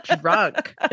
drunk